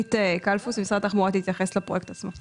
שאושרית קלפוס ממשרד התחבורה תתייחס לפרויקט עצמו.